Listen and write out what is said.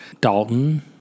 Dalton